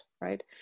right